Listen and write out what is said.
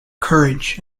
courage